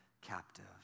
captive